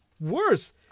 worse